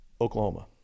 Oklahoma